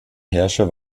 herrscher